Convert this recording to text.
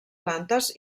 plantes